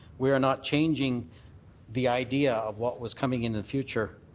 we are not changing the idea of what was coming in the future.